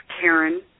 karen